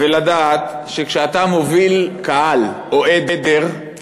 ולא נדע שכשמובילים קהל או עדר,